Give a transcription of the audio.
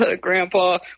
Grandpa